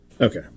Okay